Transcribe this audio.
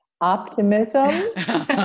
Optimism